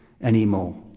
anymore